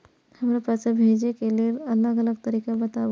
हमरा पैसा भेजै के लेल अलग अलग तरीका बताबु?